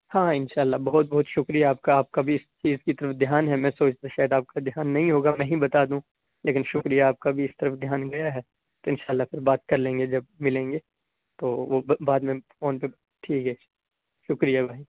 ہاں ہاں ان شاء اللہ بہت بہت شکریہ آپ کا آپ کا بھی اس چیز کی طرف دھیان ہے میں سوچتا شاید آپ کا دھیان نہیں ہوگا میں ہی بتا دوں لیکن شکریہ آپ کا بھی اس طرف دھیان گیا ہے تو ان شاء اللہ پھر بات کر لیں گے جب ملیں گے تو وہ بعد میں فون پہ ٹھیک ہے شکریہ بھائی